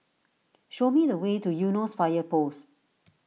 show me the way to Eunos Fire Post